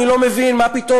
אני לא מבין מה פתאום,